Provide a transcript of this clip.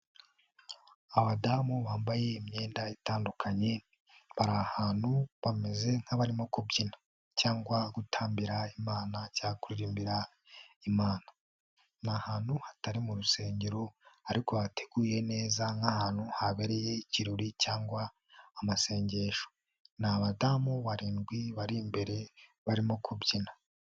Abadamu bambaye imyenda itandukanye bari ahantu bameze nk'abarimo kubyina cyangwa gutambira imana cyangwa kuririmbira imana, ni ahantutu hatari mu rusengero ariko hateguye neza nk'ahantu habereye ikirori cyangwa amasengesho, ni abadamu barindwi bari imbere barimo kubyina.